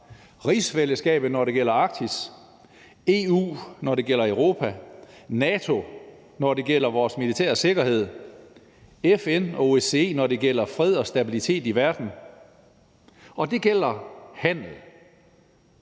rigsfællesskabet, når det gælder Arktis; EU, når det gælder Europa; NATO, når det gælder vores militære sikkerhed; FN og OSCE, når det gælder fred og stabilitet i verden. Og det gælder handlen,